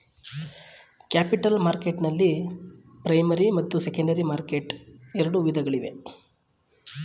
capital ಮಾರ್ಕೆಟ್ನಲ್ಲಿ primary ಮತ್ತು secondary market ಎರಡು ವಿಧಗಳಿವೆ